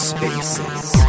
Spaces